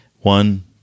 one